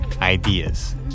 ideas